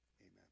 Amen